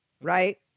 Right